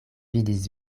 vidis